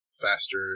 faster